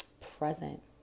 present